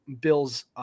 Bills